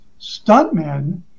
stuntmen